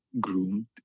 groomed